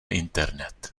internet